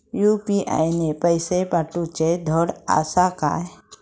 UPI ने पैशे पाठवूचे धड आसा काय?